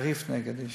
חריף נגד עישון.